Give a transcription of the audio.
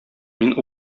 мин